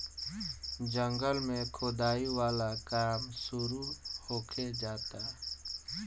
जंगल में खोदाई वाला काम शुरू होखे जाता